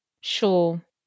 sure